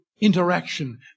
interaction